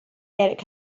erik